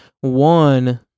one